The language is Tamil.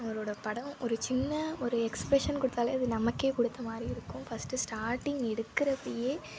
அவரோடய படம் ஒரு சின்ன ஒரு எக்ஸ்ப்ரஷன் கொடுத்தாலே அது நமக்கே கொடுத்த மாதிரி இருக்கும் ஃபஸ்ட்டு ஸ்டார்டிங் எடுக்கிறப்பயே